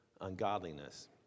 ungodliness